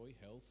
health